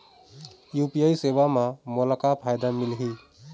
UPI सेवा म मोला का फायदा मिलही?